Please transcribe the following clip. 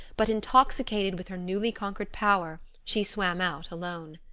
but intoxicated with her newly conquered power, she swam out alone.